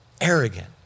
Arrogant